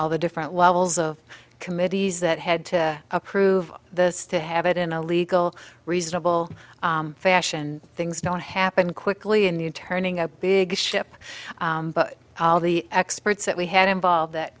all the different levels of committees that had to approve the state have it in a legal reasonable fashion things don't happen quickly in new turning a big ship but all the experts that we had involved that